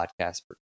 podcast